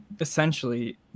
Essentially